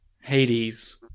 Hades